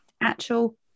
actual